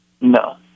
No